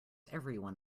everyone